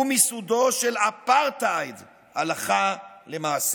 הוא מיסודו של אפרטהייד הלכה למעשה.